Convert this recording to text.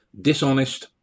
dishonest